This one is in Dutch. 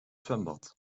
zwembad